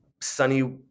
sunny